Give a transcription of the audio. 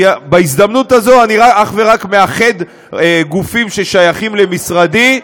כי בהזדמנות הזאת אני אך ורק מאחד גופים ששייכים למשרדי,